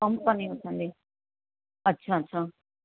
company वठंदी अच्छा अच्छा